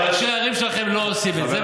אבל ראשי הערים שלכם לא עושים את זה,